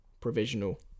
provisional